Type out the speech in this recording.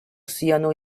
siano